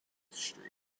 street